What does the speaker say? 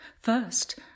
First